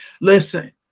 Listen